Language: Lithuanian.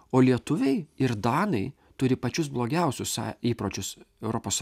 o lietuviai ir danai turi pačius blogiausius įpročius europos